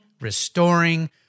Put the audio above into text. restoring